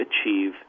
achieve